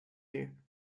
you